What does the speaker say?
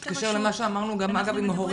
זה מתקשר גם למה שאמרנו גם אגב, עם הורים.